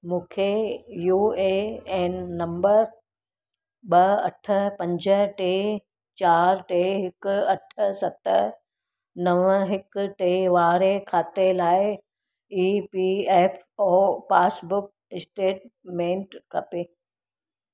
मुखे U A N number ॿ अठ पंज टे चारि टे हिक अठ सत नव हिक टे वारे खाते लाइ E P F O passbook statement खपे